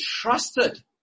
trusted